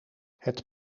het